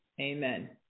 Amen